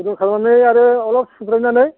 गुदुं खालामनो आरो अलप सुग्रोनानै